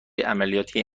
عملیاتی